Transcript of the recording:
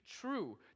true